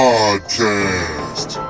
Podcast